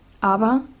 Aber